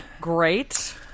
Great